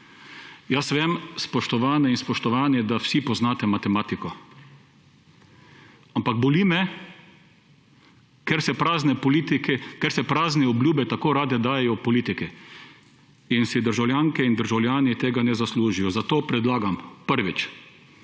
jaz vem, spoštovane in spoštovani, da vsi poznate matematiko, ampak boli me, ker se prazne obljube tako rade dajejo v politiki in si državljanke in državljani tega ne zaslužijo. Zato predlagam, prvič,